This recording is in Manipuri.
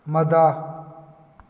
ꯃꯗꯥ